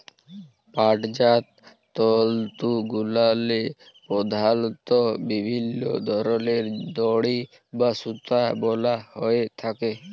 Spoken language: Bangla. পাটজাত তলতুগুলাল্লে পধালত বিভিল্ল্য ধরলের দড়ি বা সুতা বলা হ্যঁয়ে থ্যাকে